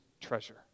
treasure